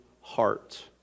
heart